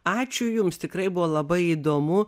ačiū jums tikrai buvo labai įdomu